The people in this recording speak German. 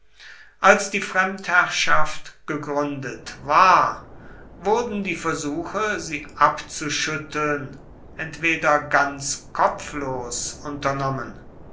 als die fremdherrschaft gegründet war wurden die versuche sie abzuschütteln entweder ganz kopflos unternommen